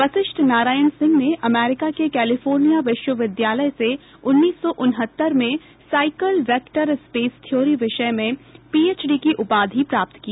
वशिष्ठ नारायण सिंह ने अमेरिका के कैलीफोर्निया विश्वविद्यालय से उन्नीस सौ उनहत्तर में साइकल वेक्टर स्पेस थ्योरी विषय में पीएचडी की उपाधि प्राप्त की